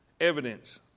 Evidence